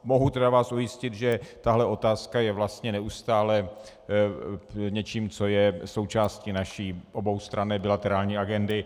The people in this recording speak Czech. Mohu vás tedy ujistit, že tahle otázka je vlastně neustále něčím, co je součástí naší oboustranné bilaterální agendy.